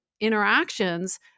interactions